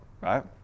right